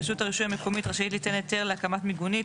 (ז) רשות הרישוי המקומית רשאית ליתן היתר להקמת מיגונית,